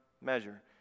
measure